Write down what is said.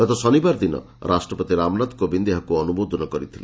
ଗତ ଶନିବାର ଦିନ ରାଷ୍ଟ୍ରପତି ରାମନାଥ କୋବିନ୍ଦ ଏହାକୁ ଅନୁମୋଦନ କରିଥିଲେ